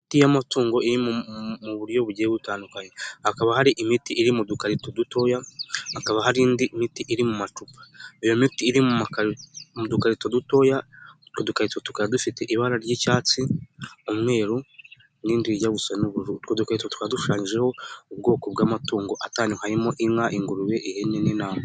Hagati y'amatungo iri mu buryo bugiye butandukanye. Hakaba hari imiti iri mu dukarito dutoya , hakaba hari indi miti iri mu macupa. Iyo miti iri mu dukarito dutoya utwo dukarito tukaba dufite ibara ry'icyatsi, umweru n'irindi rijya gusa n'ubururu. Utwo dukarito tukaba dushushanyijeho ubwoko bw'amatungo atandukanye harimo: inka, ingurube, ihene n'intama.